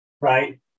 right